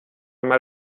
mal